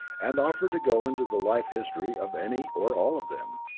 and offered to go into the life history of any or all of them.